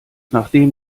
nachdem